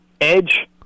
edge